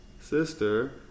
sister